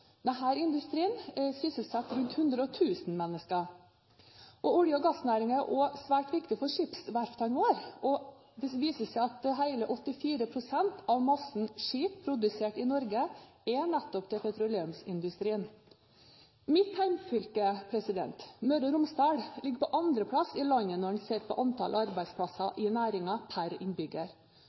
industrien sysselsetter rundt 100 000 mennesker. Olje- og gassnæringen er også svært viktig for skipsverftene våre. Det viser seg at hele 84 pst. av massen skip som er produsert i Norge, er nettopp til petroleumsindustrien. Mitt hjemfylke, Møre og Romsdal, ligger på andreplass i landet når en ser på antallet arbeidsplasser i næringen per innbygger.